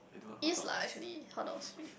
is lah actually hotdogs with